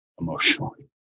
emotionally